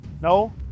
no